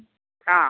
ആ